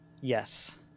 Yes